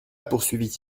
poursuivit